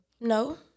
No